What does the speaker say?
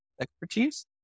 expertise